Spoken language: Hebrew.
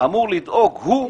אמור לדאוג לכך